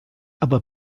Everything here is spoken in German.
aber